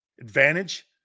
Advantage